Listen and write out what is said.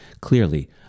Clearly